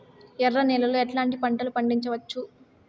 ఎర్ర నేలలో ఎట్లాంటి పంట లు పండించవచ్చు వచ్చు?